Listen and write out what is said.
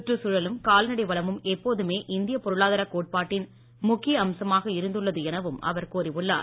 சுற்றுச்சூழலும் கால்நடை வளமும் எப்போதுமே இந்திய பொருளாதார கோட்பாட்டின் முக்கிய அம்சமாக இருந்துள்ளது எனவும் அவர் கூறியுள்ளார்